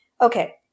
Okay